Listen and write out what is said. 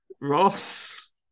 Ross